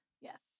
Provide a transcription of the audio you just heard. Yes